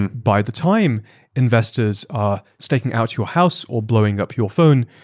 and by the time investors are staking out your house or blowing up your phone,